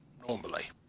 normally